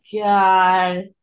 God